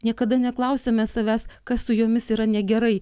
niekada neklausiame savęs kas su jomis yra negerai